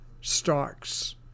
stocks